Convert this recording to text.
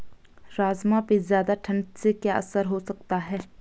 राजमा पे ज़्यादा ठण्ड से क्या असर हो सकता है?